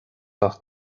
ucht